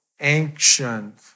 ancient